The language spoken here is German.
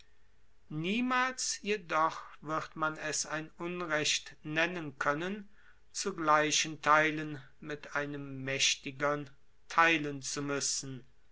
niemals jedoch wird man es ein unrecht nennen können zu gleichen theilen mit einem mächtigern theilen zu müssen